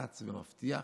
רץ ומבטיח